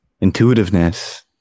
intuitiveness